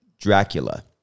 Dracula